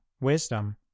Wisdom